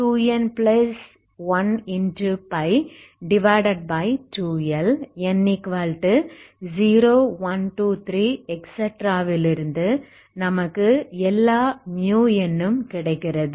2n1π2L n0123லிருந்து நமக்கு எல்லா n ம் கிடைக்கிறது